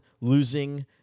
losing